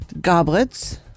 goblets